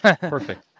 Perfect